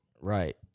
Right